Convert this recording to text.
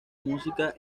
música